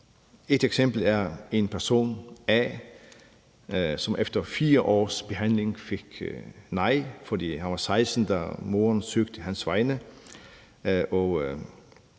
Et eksempel er en person, som efter 4 års behandling fik nej, fordi han var 16 år, da moren søgte på hans vegne.